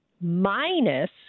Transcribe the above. minus